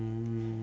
um